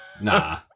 nah